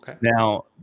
Now